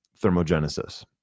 thermogenesis